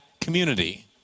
community